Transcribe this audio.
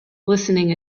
listening